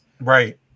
right